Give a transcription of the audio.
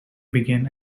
began